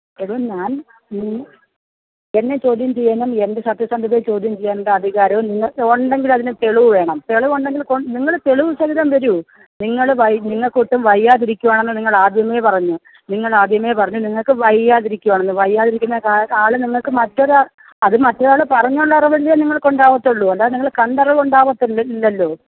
എടോ ഞാൻ എന്നെ ചോദ്യം ചെയ്യാനും എൻ്റെ സത്യസന്ധതയെ ചോദ്യം ചെയ്യേണ്ട അധികാരവും നിങ്ങൾക്ക് ഉണ്ടെങ്കിൽ അതിന് തെളിവ് വേണം തെളിവുണ്ടെങ്കിൽ നിങ്ങൾ തെളിവ് സഹിതം വരൂ നിങ്ങൾ നിങ്ങൾക്ക് ഒട്ടും വയ്യാതിരിക്കുകയാണെന്ന് നിങ്ങൾ ആദ്യമേ പറഞ്ഞു നിങ്ങൾ ആദ്യമേ പറഞ്ഞു നിങ്ങൾക്ക് വയ്യാതിരിക്കുകയാണെന്ന് വയ്യാതിരിക്കുന്ന ആൾ നിങ്ങൾക്ക് മറ്റൊരാ അത് മറ്റൊരാൾ പറഞ്ഞുള്ള അറിവല്ലേ നിങ്ങൾക്ക് ഉണ്ടാവത്തുള്ളൂ അല്ലാതെ നിങ്ങൾ കണ്ട അറിവ് ഉണ്ടാവത്തില്ല ഇല്ലല്ലോ